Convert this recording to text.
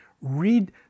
Read